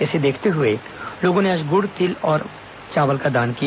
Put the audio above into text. इसे देखते हुए लोगों ने आज गुड तिल और चावल का दान किया